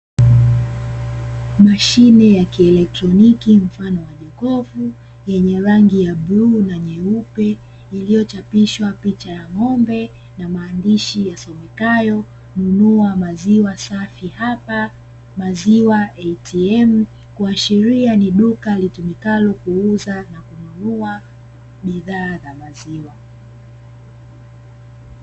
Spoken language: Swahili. Mashine ya kielektroniki mfano wa jokofu, yenye rangi ya bluu na nyeupe, iliyochapishwa picha ya ng'ombe na maandishi yasomekayo "nunua maziwa safi hapa, maziwa ATM " kuashiria ni duka litumikalo kuuza na kununua bidhaa za maziwa.